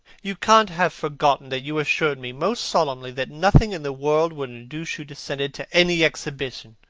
you can't have forgotten that you assured me most solemnly that nothing in the world would induce you to send it to any exhibition.